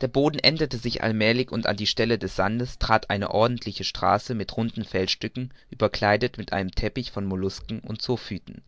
der boden änderte sich allmälig und an die stelle des sandes trat eine ordentliche straße mit runden felsstücken überkleidet mit einem teppich von mollusken und zoophyten